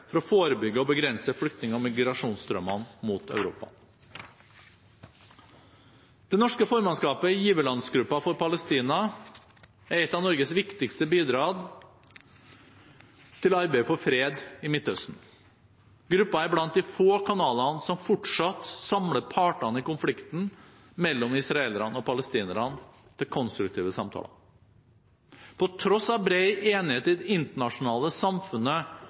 for å forebygge og begrense flyktning- og migrasjonsstrømmene mot Europa. Det norske formannskapet i giverlandsgruppen for Palestina er et av Norges viktigste bidrag til arbeidet for fred i Midtøsten. Gruppen er blant de få kanalene som fortsatt samler partene i konflikten mellom israelerne og palestinerne til konstruktive samtaler. På tross av bred enighet i det internasjonale samfunnet